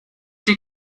die